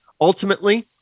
ultimately